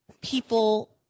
people